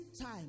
time